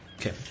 Okay